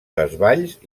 desvalls